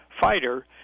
fighter